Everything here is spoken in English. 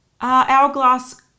hourglass